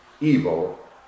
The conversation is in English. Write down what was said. evil